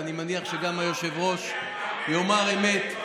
ואני מניח שגם היושב-ראש יאמר אמת.